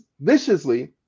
viciously